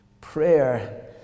Prayer